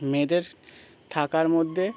মেয়েদের থাকার মধ্যে